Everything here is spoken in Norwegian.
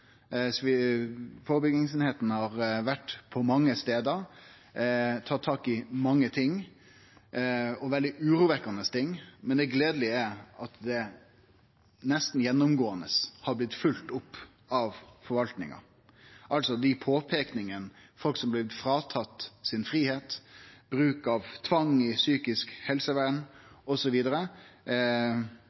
har vore på fleire stader og tatt tak i mange ting, veldig urovekkjande ting, men det gledelege er at dette nesten gjennomgåande har blitt følgt opp av forvaltninga. Dette gjeld folk som har blitt tatt ifrå fridomen sin, bruk av tvang i psykisk helsevern